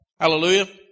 Hallelujah